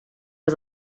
was